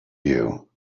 you